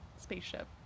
spaceship